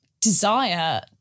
desire